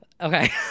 okay